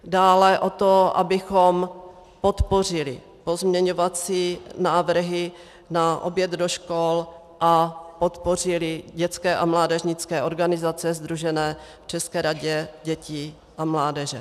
Dále o to, abychom podpořili pozměňovací návrhy na oběd do škol a podpořili dětské a mládežnické organizace sdružené v České radě dětí a mládeže.